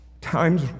Time's